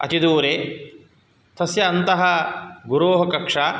अतिदूरे तस्य अन्तः गुरोः कक्षा